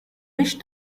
wish